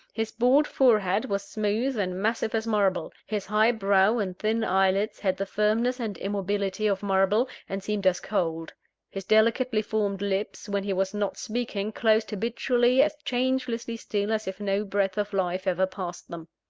his bald forehead was smooth and massive as marble his high brow and thin eyelids had the firmness and immobility of marble, and seemed as cold his delicately-formed lips, when he was not speaking, closed habitually, as changelessly still as if no breath of life ever passed them.